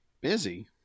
Busy